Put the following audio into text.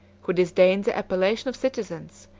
who disdained the appellation of citizens,